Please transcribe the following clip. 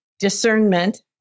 discernment